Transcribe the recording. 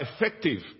effective